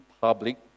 public